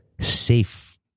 safe